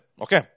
Okay